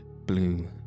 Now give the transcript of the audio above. blue